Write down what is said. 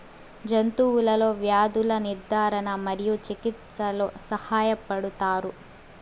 జంతువులలో వ్యాధుల నిర్ధారణ మరియు చికిత్చలో సహాయపడుతారు